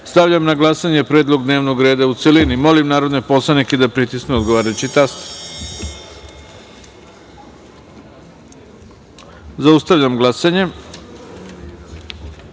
stavljam na glasanje predlog dnevnog reda u celini. Molim narodne poslanike da pritisnu odgovarajući taster. Zaključujem glasanje: